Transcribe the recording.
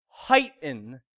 heighten